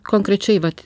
konkrečiai vat